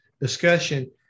discussion